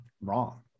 wrong